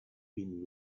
been